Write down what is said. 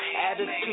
attitude